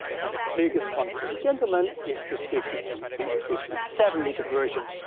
and the biggest one for the gentlemen is the fifty two two fifty seven liter version.